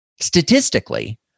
Statistically